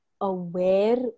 aware